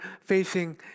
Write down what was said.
facing